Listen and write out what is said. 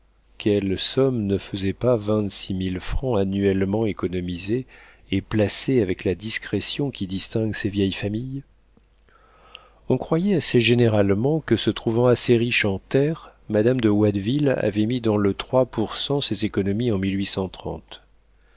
quelle somme ne faisaient pas vingt-six mille francs annuellement économisés et placés avec la discrétion qui distingue ces vieilles familles on croyait assez généralement que se trouvant assez riche en terres madame de watteville avait mis dans le trois pour cent ses économies en